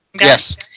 Yes